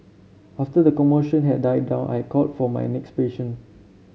after the commotion had died down I called for my next patient